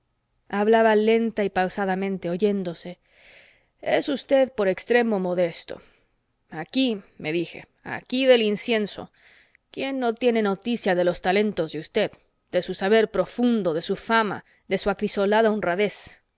hablaba lenta y pausadamente oyéndose es usted por extremo modesto aquí me dije aquí del incienso quién no tiene noticia de los talentos de usted de su saber profundo de su fama de su acrisolada honradez